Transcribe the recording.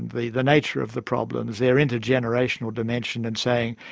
the the nature of the problems, their intergenerational dimension and saying,